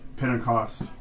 Pentecost